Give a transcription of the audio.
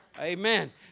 Amen